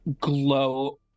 glow